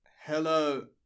Hello